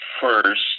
first